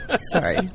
Sorry